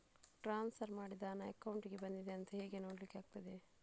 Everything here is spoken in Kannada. ಟ್ರಾನ್ಸ್ಫರ್ ಮಾಡಿದ ಹಣ ಅಕೌಂಟಿಗೆ ಬಂದಿದೆ ಅಂತ ಹೇಗೆ ನೋಡ್ಲಿಕ್ಕೆ ಆಗ್ತದೆ?